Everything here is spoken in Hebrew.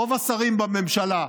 רוב השרים בממשלה,